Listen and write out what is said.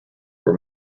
were